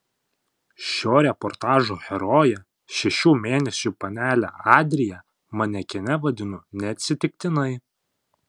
šio reportažo heroję šešių mėnesių panelę adriją manekene vadinu neatsitiktinai